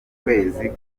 kwezi